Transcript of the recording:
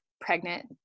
pregnant